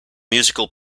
musical